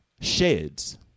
sheds